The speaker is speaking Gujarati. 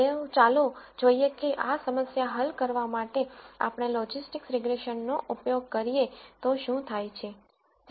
તો ચાલો જોઈએ કે આ સમસ્યા હલ કરવા માટે આપણે લોજિસ્ટિક્સ રીગ્રેસન નો ઉપયોગ કરીએ તો શું થાય છે